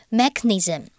mechanism